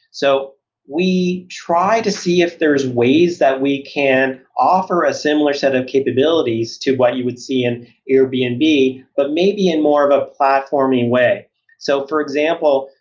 so we try to see if there's ways that we can offer a similar set of capabilities to what you would see in airbnb, but but maybe in more of a platforming way so for example,